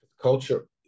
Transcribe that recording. culture